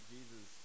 Jesus